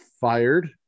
Fired